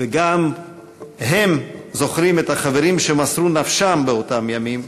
גם הם זוכרים את החברים שמסרו נפשם באותם ימים,